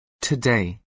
today